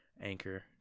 Anchor